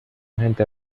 gente